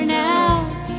now